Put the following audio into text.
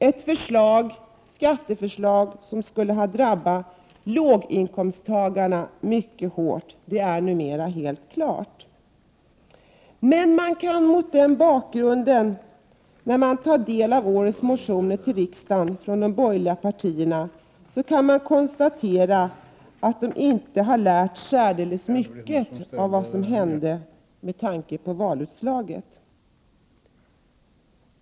Att de skatteförslagen skulle ha drabbat låginkomsttagarna mycket hårt är numera helt klart. Men om man mot den bakgrunden tar del av årets motioner till riksdagen från de borgerliga partierna, kan man konstatera att de inte har lärt sig särdeles mycket av valutslaget.